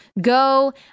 go